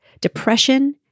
depression